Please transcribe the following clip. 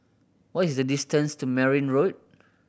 what is the distance to Merryn Road